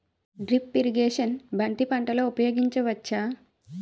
Drip irrigation బంతి పంటలో ఊపయోగించచ్చ?